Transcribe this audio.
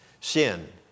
sin